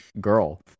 girl